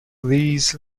these